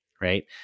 right